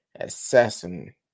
Assassin